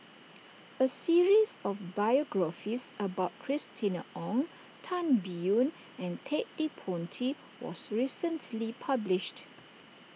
a series of biographies about Christina Ong Tan Biyun and Ted De Ponti was recently published